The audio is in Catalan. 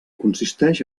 consisteix